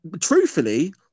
truthfully